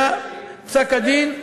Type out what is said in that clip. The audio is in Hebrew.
היה פסק-הדין.